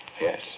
yes